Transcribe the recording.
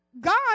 God